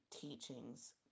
teachings